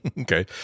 Okay